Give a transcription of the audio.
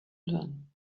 learn